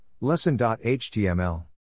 lesson.html